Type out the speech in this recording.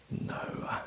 No